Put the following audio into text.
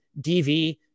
DV